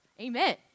amen